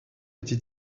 été